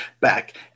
Back